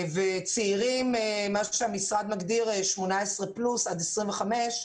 וצעירים, מה שהמשרד מגדיר 18 פלוס, עד גיל 25,